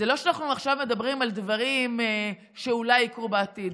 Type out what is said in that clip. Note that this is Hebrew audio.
זה לא שאנחנו עכשיו מדברים על דברים שאולי יקרו בעתיד.